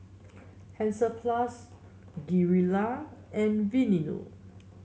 Hansaplast Gilera and Aveeno